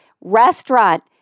restaurant